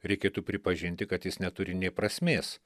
reikėtų pripažinti kad jis neturi nė prasmės